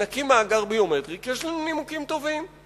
נקים מאגר ביומטרי, כי יש לנו נימוקים טובים.